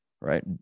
right